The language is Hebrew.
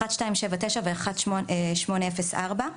1279 ו-1804,